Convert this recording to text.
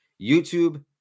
YouTube